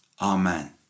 amen